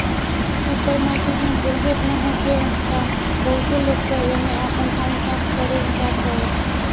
super market में बोरियत ना होखेला बहुते लोग तअ एमे आपन टाइम पास करे जात हवे